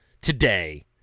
today